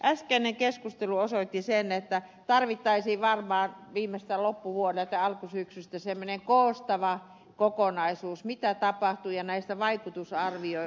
äskeinen keskustelu osoitti sen että tarvittaisiin varmaan viimeistään loppuvuonna tai alkusyksystä semmoinen koostava kokonaisuus siitä mitä tapahtuu ja näistä vaikutusarvioista